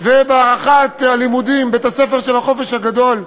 ובהארכת הלימודים, בתי-הספר של החופש הגדול,